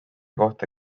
kohta